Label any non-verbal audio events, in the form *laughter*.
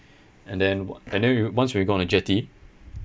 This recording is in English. *breath* and then o~ and then we once we go on the jetty